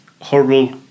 horrible